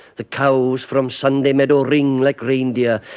the cows from sunday meadow ring like reindeer,